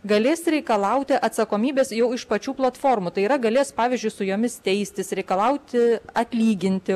galės reikalauti atsakomybės jau iš pačių platformų tai yra galės pavyzdžiui su jomis teistis reikalauti atlyginti